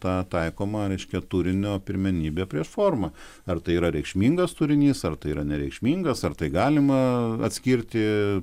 ta taikoma reiškia turinio pirmenybė prieš formą ar tai yra reikšmingas turinys ar tai yra nereikšmingas ar tai galima atskirti